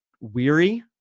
weary